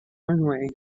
runway